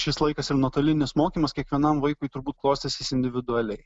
šis laikas ir nuotolinis mokymas kiekvienam vaikui turbūt klostysis individualiai